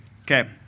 Okay